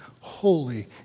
holy